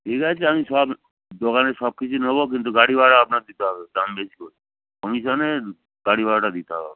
ঠিক আছে আমি সব দোকানে সব কিছু নেবো কিন্তু গাড়ি ভাড়া আপনার দিতে হবে দাম বেশি বলে কমিশনে গাড়ি ভাড়াটা দিতে হবে